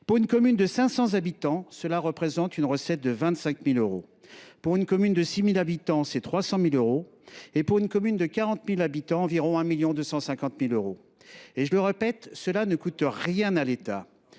Pour une commune de 500 habitants, cela représente une recette de 25 000 euros ; pour une commune de 6 000 habitants, de 300 000 euros ; pour une commune de 40 000 habitants, d’environ 1,25 million d’euros. Je le répète, cela ne coûte rien à l’État